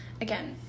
again